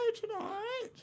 tonight